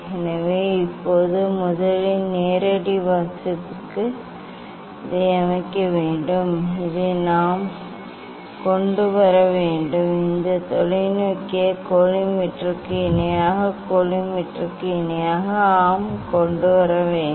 எனவே இப்போது முதலில் நேரடி வாசிப்புக்கு இதை அமைக்க வேண்டும் இதை நாம் கொண்டு வர வேண்டும் இந்த தொலைநோக்கியை கோலிமேட்டருக்கு இணையாக கோலிமேட்டருக்கு இணையாக ஆம் கொண்டு வர வேண்டும்